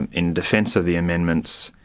and in defence of the amendments,